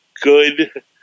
good